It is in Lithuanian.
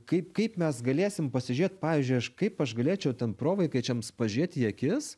kaip kaip mes galėsim pasižiūrėt pavyzdžiui aš kaip aš galėčiau ten provaikaičiams pažiūrėti į akis